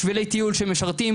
שבילי טיול שמשרתים,